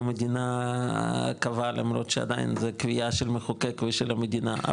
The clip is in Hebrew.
מדינה קבעה למרות שעדין זה קביעה של המחוקק ושל המדינה.